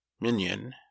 minion